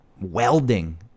welding